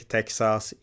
Texas